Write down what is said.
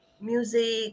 music